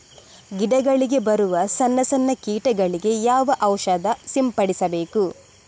ಗಿಡಗಳಿಗೆ ಬರುವ ಸಣ್ಣ ಸಣ್ಣ ಕೀಟಗಳಿಗೆ ಯಾವ ಔಷಧ ಸಿಂಪಡಿಸಬೇಕು?